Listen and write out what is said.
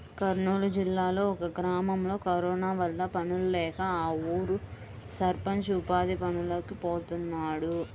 కర్నూలు జిల్లాలో ఒక గ్రామంలో కరోనా వల్ల పనుల్లేక ఆ ఊరి సర్పంచ్ ఉపాధి పనులకి పోతున్నాడు